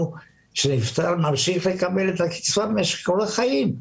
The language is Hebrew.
שנפטר ממשיך לקבל את הקצבה במשך כל החיים.